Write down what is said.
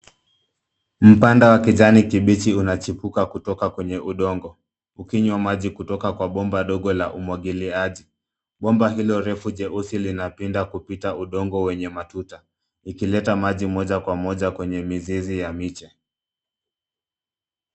Mpanda wa kijani kibichi unachipuka kutoka kwenye udongo, ukinywa maji kutoka kwa bomba dogo la umwagiliaji. Bomba hilo refu jeusi linapinda kupita udongo wenye matuta, ilkileta maji moja kwa moja kwenye mizizi ya miche.